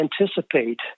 anticipate